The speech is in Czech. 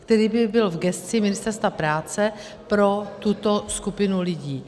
který by byl v gesci Ministerstva práce pro tuto skupinu lidí.